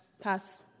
pass